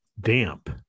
damp